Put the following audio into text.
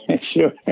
Sure